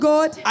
God